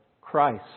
Christ